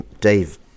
Dave